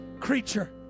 creature